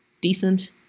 decent